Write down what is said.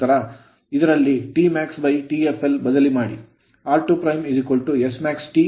ಇದರಲ್ಲಿ TmaxTfl ಬದಲಿ r2 smaxT x2 ಈ expression ಅಭಿವ್ಯಕ್ತಿಯಲ್ಲಿ